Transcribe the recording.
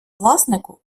власнику